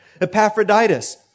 Epaphroditus